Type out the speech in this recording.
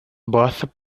bought